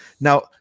Now